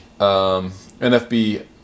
NFB